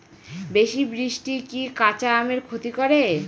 বেশি বৃষ্টি কি কাঁচা আমের ক্ষতি করে?